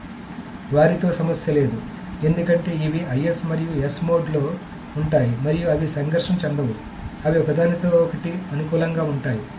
కాబట్టి వారితో సమస్య లేదు ఎందుకంటే ఇవి IS మరియు S మోడ్లలో ఉంటాయి మరియు అవి సంఘర్షణ చెందవు అవి ఒకదానితో ఒకటి అనుకూలంగా ఉంటాయి